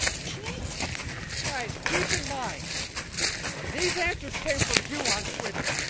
good guys keep in mind these answers came from you on twitter.